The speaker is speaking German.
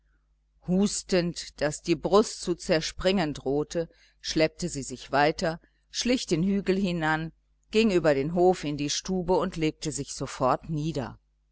hustend daß die brust zu zerspringen drohte schleppte sie sich weiter schlich den hügel hinan ging über den hof in die stube und legte sich sofort nieder